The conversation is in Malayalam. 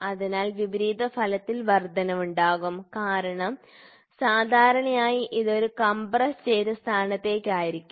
അതിനാൽ വിപരീത ഫലത്തിൽ വർദ്ധനവുണ്ടാകും കാരണം സാധാരണയായി ഇത് ഒരു കംപ്രസ്സ് ചെയ്ത സ്ഥാനത്ത് ആയിരിക്കും